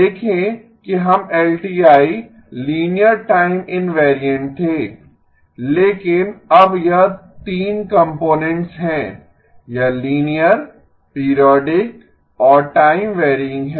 देखें कि हम एलटीआई लीनियर टाइम इनवारीएन्ट थे लेकिन अब यह 3 कंपोनेंट्स हैं यह लीनियर पीरियोडिक और टाइम वैरयिंग है